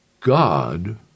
God